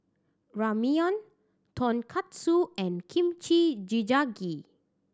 Ramyeon Tonkatsu and Kimchi Jjigae